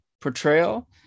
portrayal